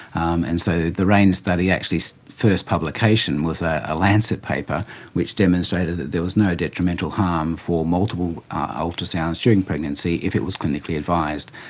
and so the raine study's so first publication was a lancet paper which demonstrated that there was no detrimental harm for multiple ah ultrasounds during pregnancy if it was clinically advised,